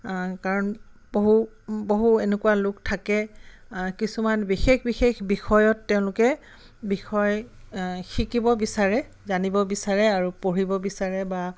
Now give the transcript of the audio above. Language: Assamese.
কাৰণ বহু বহু এনেকুৱা লোক থাকে কিছুমান বিশেষ বিশেষ বিষয়ত তেওঁলোকে বিষয় শিকিব বিচাৰে জানিব বিচাৰে আৰু পঢ়িব বিচাৰে বা